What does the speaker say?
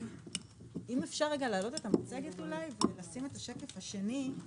אם אפשר להעלות רגע את המצגת ולשים את השקף השני.